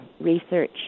research